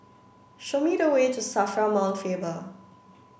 show me the way to SAFRA Mount Faber